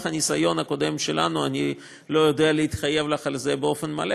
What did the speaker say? הניסיון הקודם שלנו אני לא יודע להתחייב לך על זה באופן מלא.